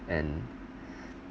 and